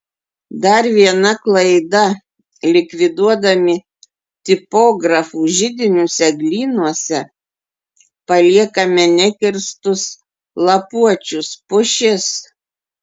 dar viena klaida likviduodami tipografų židinius eglynuose paliekame nekirstus lapuočius pušis